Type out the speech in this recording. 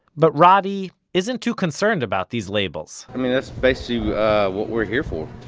but roddie isn't too concerned about these labels i mean that's basically what we're here for.